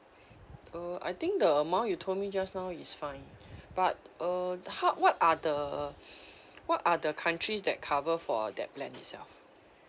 uh I think the amount you told me just now is fine but uh ho~ what are the what are the countries that cover for that plan itself